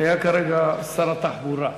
כי היה כרגע שר התחבורה.